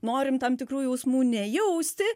norim tam tikrų jausmų nejausti